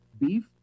beef